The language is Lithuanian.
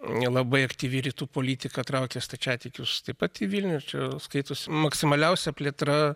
nelabai aktyvi rytų politika traukia stačiatikius tai pati vilnius čia skaitosi maksimaliausia plėtra